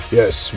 yes